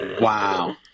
wow